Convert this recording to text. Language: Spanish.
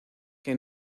que